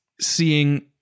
seeing